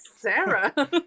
Sarah